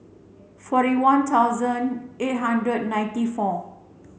forty one thousand eight hundred ninety four